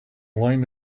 line